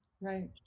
right